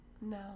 no